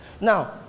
Now